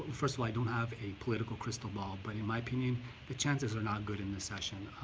first of all, i don't have a political crystal ball. but in my opinion the chances are not good in this session.